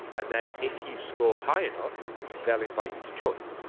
and then if you score high enough they will invite you to join.